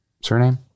surname